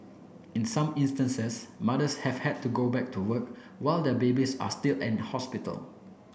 in some instances mothers have had to go back to work while their babies are still in hospital